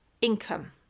income